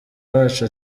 wacu